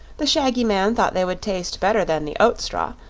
the shaggy man thought they would taste better than the oat-straw,